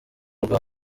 rwa